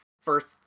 first